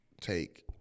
take